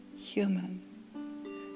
human